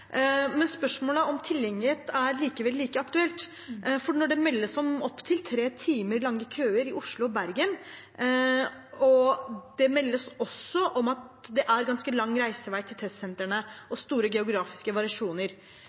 Men spørsmålet om tilgjengelighet er likevel like aktuelt, for når det meldes om opptil tre timer lange køer i Oslo og Bergen og det også meldes om at det er ganske lang reisevei til testsentrene og store geografiske variasjoner,